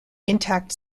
intact